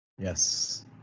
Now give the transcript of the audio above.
Yes